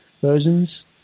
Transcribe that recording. versions